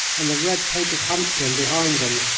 and the red-coated huntsman behind them,